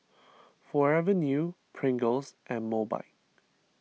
Forever New Pringles and Mobike